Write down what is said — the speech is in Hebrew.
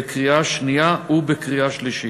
בקריאה שנייה ובקריאה שלישית.